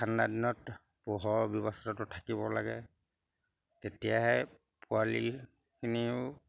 ঠাণ্ডা দিনত পোহৰ ব্যৱস্থাটো থাকিব লাগে তেতিয়াহে পোৱালিখিনিও